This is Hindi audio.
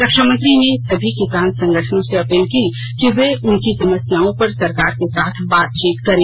रक्षामंत्री ने सभी किसान संगठनों से अपील की कि वे उनकी समस्याओं पर सरकार के साथ बातचीत करें